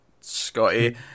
Scotty